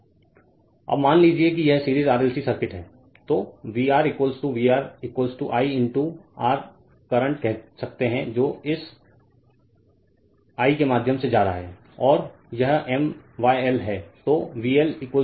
Refer Slide Time 1801 अब मान लीजिए कि यह सीरीज RLC सर्किट है तो VR VR I into R current कह सकते है जो इस I के माध्यम से जा रहा है और यह mYL है